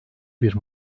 bir